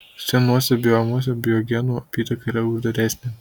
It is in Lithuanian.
senuose biomuose biogenų apytaka yra uždaresnė